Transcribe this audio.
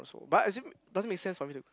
but as in doesn't make sense for me to